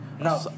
No